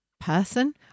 person